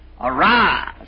Arise